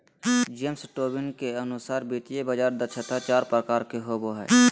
James Tobin के अनुसार वित्तीय बाजार दक्षता चार प्रकार के होवो हय